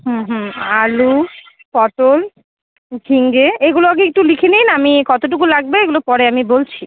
হুম হুম আলু পটল ঝিঙে এইগুলো আগে একটু লিখে নিন আমি কতটুকু লাগবে এগুলো পরে আমি বলছি